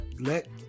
let